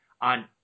on